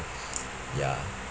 ya